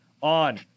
On